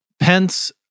Pence